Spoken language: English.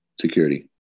security